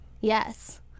yes